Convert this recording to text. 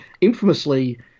Infamously